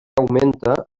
augmenta